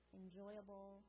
enjoyable